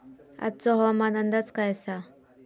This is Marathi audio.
आजचो हवामान अंदाज काय आसा?